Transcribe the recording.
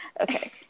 Okay